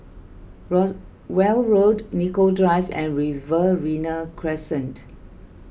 Rowell Road Nicoll Drive and Riverina Crescent